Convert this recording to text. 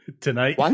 tonight